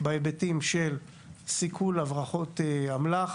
בהיבטים של סיכול הברחות אמל"ח